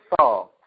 saw